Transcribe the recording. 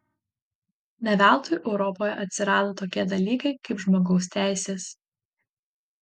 ne veltui europoje atsirado tokie dalykai kaip žmogaus teisės